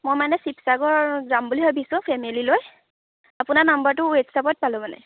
মই মানে শিৱসাগৰ যাম বুলি ভাবিছোঁ ফেমিলি লৈ আপোনাৰ নাম্বাৰটো ৱেবচাইটত পালোঁ মানে